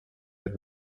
der